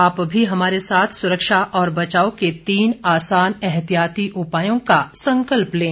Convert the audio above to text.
आप भी हमारे साथ सुरक्षा और बचाव के तीन आसान एहतियाती उपायों का संकल्प लें